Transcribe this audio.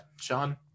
Sean